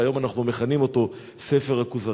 שהיום אנחנו מכנים אותו "ספר הכוזרי".